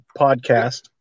podcast